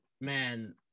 Man